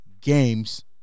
games